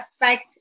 affect